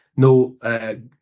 No